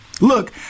Look